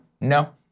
No